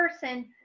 person